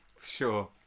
Sure